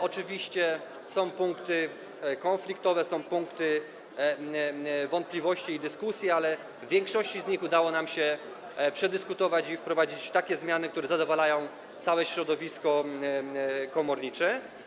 Oczywiście są punkty konfliktowe, są punkty budzące wątpliwości i dyskusje, ale większość z nich udało nam się przedyskutować i wprowadzić takie zmiany, które zadowalają całe środowisko komornicze.